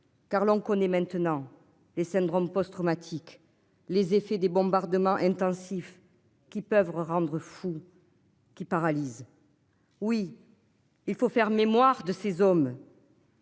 car l'on connaît maintenant les syndromes post-traumatique, les effets des bombardements intensifs qui peuvent rendre fou. Qui paralyse. Oui. Il faut faire mémoire de ses hommes.